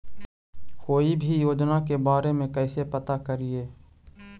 कोई भी योजना के बारे में कैसे पता करिए?